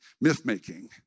myth-making